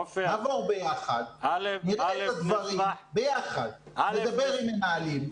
נראה את הדברים ביחד, נדבר עם מנהלים.